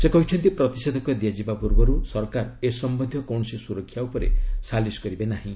ସେ କହିଛନ୍ତି ପ୍ରତିଷେଧକ ଦିଆଯିବା ପୂର୍ବରୁ ସରକାର ଏ ସମ୍ୟନ୍ଧୀୟ କୌଣସି ସୁରକ୍ଷା ଉପରେ ସାଲିସ୍ କରିବେ ନାହିଁ